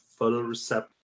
photoreceptor